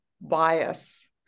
bias